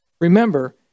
Remember